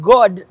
God